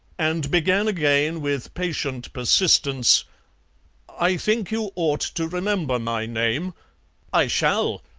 and began again with patient persistence i think you ought to remember my name i shall,